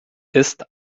ist